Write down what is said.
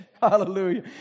Hallelujah